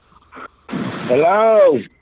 Hello